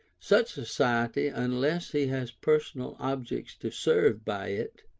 such society, unless he has personal objects to serve by it,